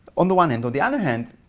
on the one hand. on the other hand,